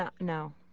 No